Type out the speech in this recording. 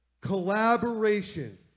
Collaboration